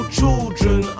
children